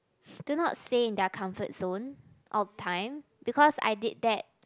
do not stay in their comfort zone all time because I did that